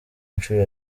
nshuro